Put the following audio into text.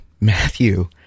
Matthew